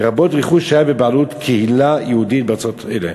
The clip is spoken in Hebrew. לרבות רכוש שהיה ברשות הקהילה היהודית בארצות אלה,